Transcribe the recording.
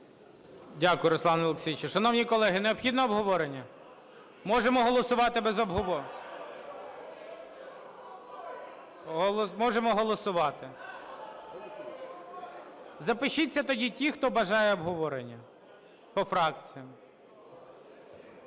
Дякую, Руслане Олексійовичу. Шановні колеги, необхідно обговорення? Можемо голосувати без… Можемо голосувати. Запишіться тоді ті, хто бажає обговорення по фракціях.